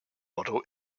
model